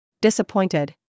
Disappointed